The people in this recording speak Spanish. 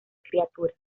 criatura